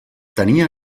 tenia